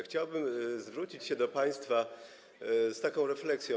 Chciałbym zwrócić się do państwa z taką refleksją.